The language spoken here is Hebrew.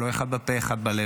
לא אחד בפה אחד בלב,